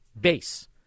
base